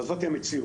אבל זאת המציאות.